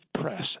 press